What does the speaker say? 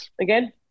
again